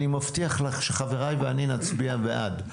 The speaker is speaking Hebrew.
אני מבטיח לך שחבריי ואני נצביע בעד.